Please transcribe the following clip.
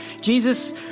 Jesus